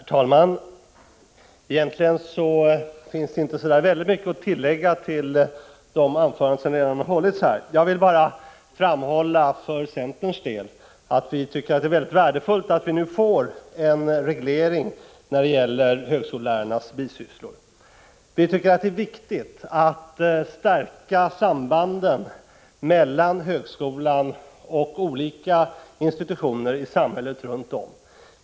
Herr talman! Egentligen finns det inte så mycket att tillägga till det som redan har sagts. Jag vill bara för centerns del framhålla att vi tycker att det är mycket värdefullt att vi nu får en reglering när det gäller högskolelärarnas bisysslor. Vi tycker att det är viktigt att stärka sambanden mellan högskolan och olika institutioner i samhället.